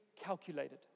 calculated